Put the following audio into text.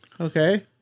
Okay